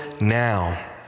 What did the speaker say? now